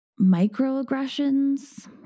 microaggressions